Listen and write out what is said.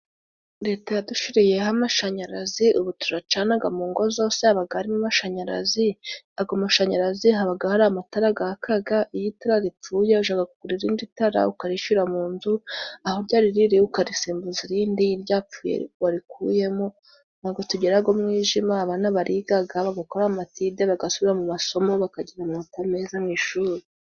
Leta yadushiriyeho amashanyarazi ubu turacanaga mu ngo zose habaga harimo mashanyarazi ago mashanyarazi habaga hari amatara gakaga iyo itara ripfuye ujaga kugura irindi tara ukarishira mu nzu ,aho ryari riri ukarisimbuza irindi ryapfuye warikuyemo. Ntago tugiraga umwijima abana barigaga gukora amatide bagasubira mu masomo bakagira amanota meza mu ishuri.